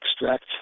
extract